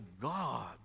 God